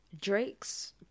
Drake's